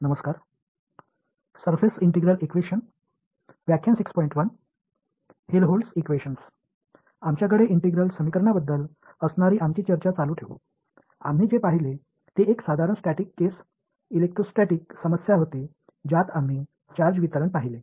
ஒருங்கிணைந்த சமன்பாடுகளைப் பற்றி நாம் தொடர்ந்து கொண்டிருந்த விவாததில் தொடர்ந்து நாம் பார்த்தது சார்ஜ்விநியோகத்தைக் கண்டறிந்த ஒரு எளிய நிலையான விஷயம் எலெக்ட்ரோஸ்டாடிக் சிக்கலாகும்